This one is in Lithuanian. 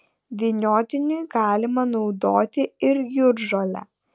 vyniotiniui galima naudoti ir jūržolę